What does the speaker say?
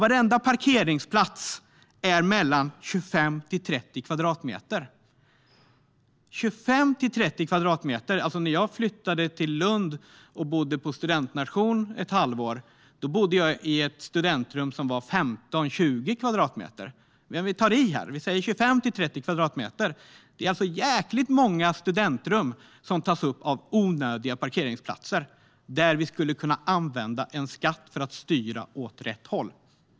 Varenda parkeringsplats är 25-30 kvadratmeter. Jag flyttade till Lund och bodde på studentnation under ett halvår. Då bodde jag i ett studentrum som var 15-20 kvadratmeter. Men vi tar i här; vi säger att det är 25-30 kvadratmeter. Det är alltså jäkligt många studentrum som tas upp av onödiga parkeringsplatser. Vi skulle kunna använda en skatt för att styra åt rätt håll.